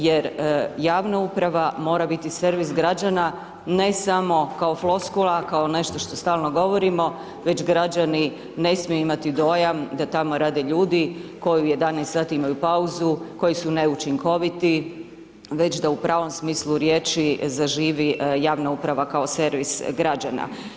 Jer javna uprava mora biti servis građana, ne samo kao floskula, kao nešto što stalno govorimo, već građani ne smiju imati dojam da tamo rade ljudi koji u 11 sati imaju pauzu, koji su neučinkoviti, već da u pravom smislu riječi zaživi javna uprava kao servis građana.